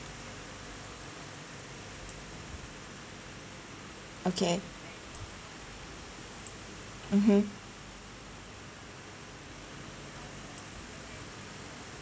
okay mmhmm